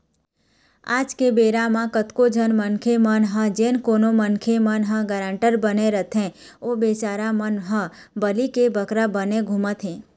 आज के बेरा म कतको झन मनखे मन ह जेन कोनो मनखे मन ह गारंटर बने रहिथे ओ बिचारा मन ह बली के बकरा बने घूमत हें